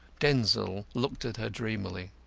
denzil looked at her dreamily.